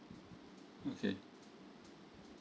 okay